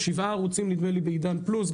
שבעה ערוצים נדמה לי בעידן פלוס,